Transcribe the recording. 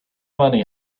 money